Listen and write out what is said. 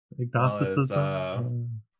Agnosticism